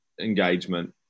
engagement